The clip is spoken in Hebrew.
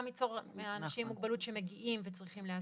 גם אנשים עם מוגבלות שמגיעים וצריכים להסביר,